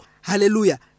Hallelujah